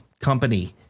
company